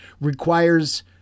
requires